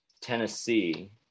Tennessee